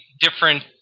different